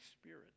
Spirit